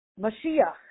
Mashiach